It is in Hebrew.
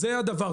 זה הדבר,